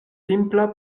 simpla